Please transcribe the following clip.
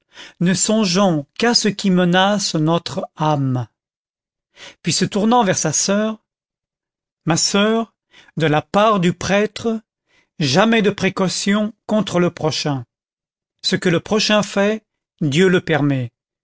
ne songeons qu'à ce qui menace notre âme puis se tournant vers sa soeur ma soeur de la part du prêtre jamais de précaution contre le prochain ce que le prochain fait dieu le permet